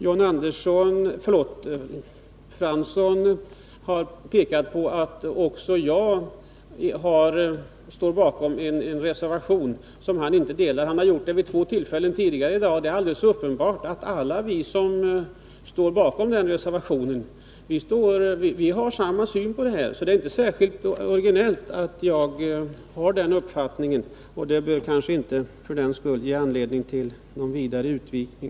Jan Fransson har pekat på att också jag står bakom en reservation som han inte instämmer i. Han har gjort det vid två tillfällen tidigare i dag. Det är alldeles uppenbart att alla vi som står bakom den reservationen har samma synsätt. Det är alltså inte särskilt originellt att jag har det synsättet, och det bör kanske inte ge anledning till någon vidare utvikning.